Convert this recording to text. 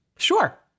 Sure